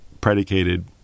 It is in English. predicated